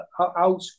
out